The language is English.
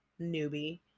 newbie